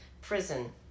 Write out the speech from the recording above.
prison